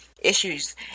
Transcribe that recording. issues